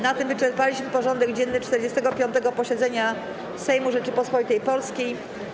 Na tym wyczerpaliśmy porządek dzienny 45. posiedzenia Sejmu Rzeczypospolitej Polskiej.